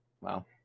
Wow